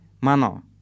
mano